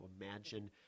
imagine